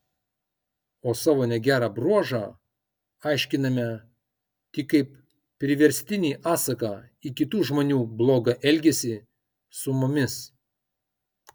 o savo negerą bruožą aiškiname tik kaip priverstinį atsaką į kitų žmonių blogą elgesį su mumis